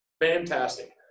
fantastic